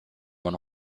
one